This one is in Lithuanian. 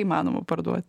įmanoma parduot